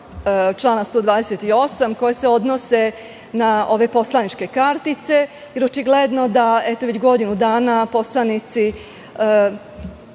člana 128, koji se odnosi na ove poslaničke kartice, jer očigledno da već godinu dana poslanici